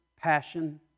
passion